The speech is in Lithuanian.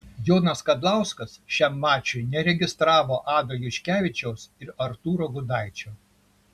jonas kazlauskas šiam mačui neregistravo ado juškevičiaus ir artūro gudaičio